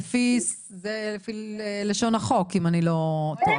זה לפי לשון החוק, אם אני לא טועה.